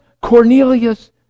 Cornelius